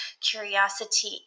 curiosity